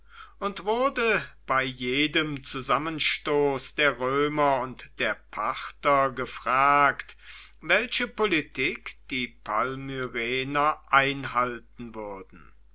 und wurde bei jedem zusammenstoß der römer und der parther gefragt welche politik die palmyrener einhalten würden